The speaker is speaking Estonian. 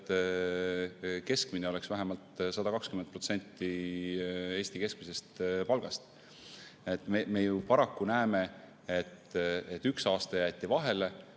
keskmine oleks vähemalt 120% Eesti keskmisest. Me paraku näeme, et üks aasta jäeti vahele.